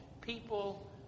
people